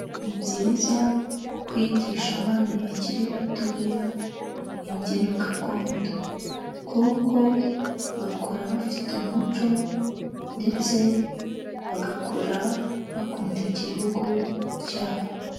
Ni byiza kwigisha abana bakiri batoya imbyino gakondo, kuko bakura bafite umuco ndetse bagakura bakunda igihugu cyabo.